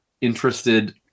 interested